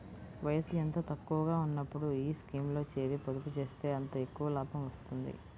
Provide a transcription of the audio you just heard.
వయసు ఎంత తక్కువగా ఉన్నప్పుడు ఈ స్కీమ్లో చేరి, పొదుపు చేస్తే అంత ఎక్కువ లాభం వస్తుంది